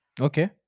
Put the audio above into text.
Okay